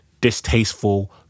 distasteful